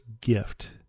gift